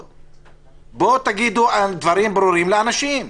תגידו דברים ברורים לאנשים.